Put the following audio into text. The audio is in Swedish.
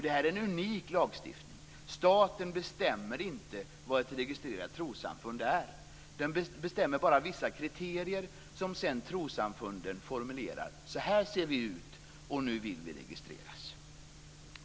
Det är en unik lagstiftning. Staten bestämmer inte vad ett registrerat trossamfund är, den bestämmer bara vissa kriterier som sedan trossamfunden formulerar: "Så här ser vi ut, och nu vill vi registreras!"